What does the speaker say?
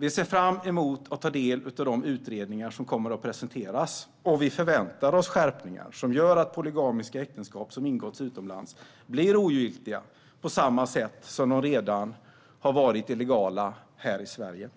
Vi ser fram emot att ta del av de utredningar som kommer att presenteras, och vi förväntar oss skärpningar som gör att polygama äktenskap som ingåtts utomlands blir ogiltiga, på samma sätt som de redan är illegala här i Sverige.